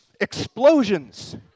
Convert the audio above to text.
explosions